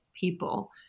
people